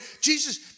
Jesus